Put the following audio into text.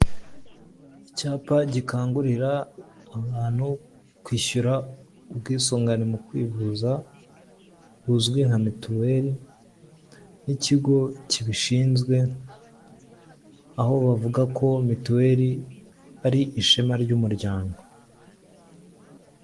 Icyapa gikangurira abantu kwishyura ubwisungane mu kwivuza, buzwi nka mituweli, n'ikigo kibishinzwe, aho bavuga ko mituweli ari ishema ry'umuryango.